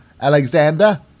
Alexander